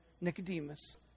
Nicodemus